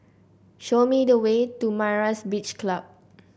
show me the way to Myra's Beach Club